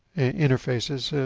interfaces,